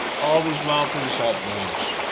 all these mountains had names